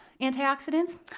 antioxidants